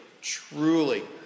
truly